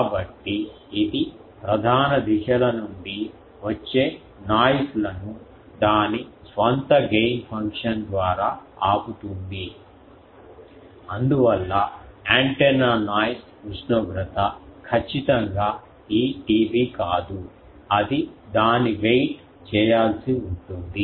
కాబట్టి ఇది ప్రధాన దిశల నుండి వచ్చే నాయిస్ లను దాని స్వంత గెయిన్ ఫంక్షన్ ద్వారా ఆపుతుంది ఉంటుంది అందువల్ల యాంటెన్నా నాయిస్ ఉష్ణోగ్రత ఖచ్చితంగా ఈ TB కాదు అది దానిని వెయిట్ చేయాల్సి ఉంటుంది